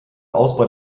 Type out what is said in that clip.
ausbau